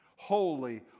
Holy